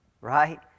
right